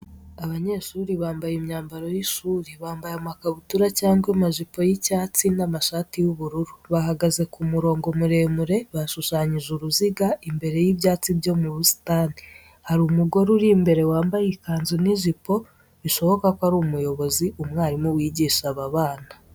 Abanyeshuri bambaye imyambaro y’ishuri. Bambaye amakabutura cyangwa amajipo y’icyatsi n'amashati y'ubururu. Bahagaze mu murongo muremure, bashushanyije uruziga, imbere y’ibyatsi byo mu busitani. Hari umugore uri imbere wambaye ikanzu n'ijipo, bishoboka ko ari umuyobozi, umwarimu w'igisha aba bana.